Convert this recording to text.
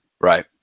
right